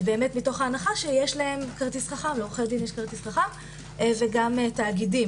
מתוך ההנחה שיש להם כרטיס חכם לעורכי דין יש כרטיס חכם - וגם תאגידים,